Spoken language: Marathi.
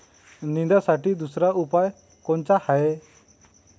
निंदनासाठी दुसरा उपाव कोनचा हाये?